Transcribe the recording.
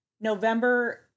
November